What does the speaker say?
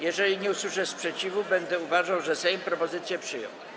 Jeżeli nie usłyszę sprzeciwu, będę uważał, że Sejm propozycję przyjął.